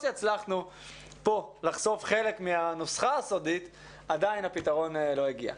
שהצלחנו כאן לחשוף חלק מהנוסחה הסודית אבל עדיין הפתרון לא הגיע.